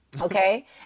Okay